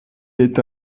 est